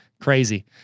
Crazy